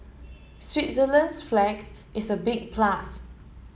Switzerland's flag is a big plus